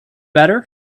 better